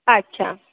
अच्छा